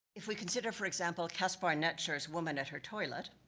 if we consider, for example, caspar netscher's woman at her toilet,